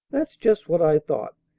that's just what i thought!